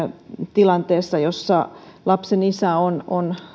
tilanteessa jossa lapsen isä on on